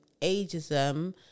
ageism